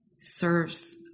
serves